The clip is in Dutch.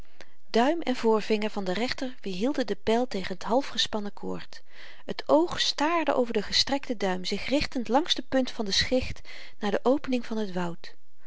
duim en voorvinger van de rechter weerhielden den pyl tegen t halfgespannen koord het oog staarde over den gestrekten duim zich richtend langs de punt van de schicht naar de opening van het woud